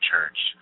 church